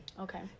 Okay